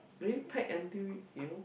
very packed until you know